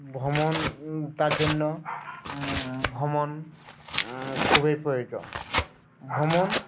ভ্রমণ তার জন্য ভ্রমণ খুবই প্রয়োজন ভ্রমণ